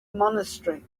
monastery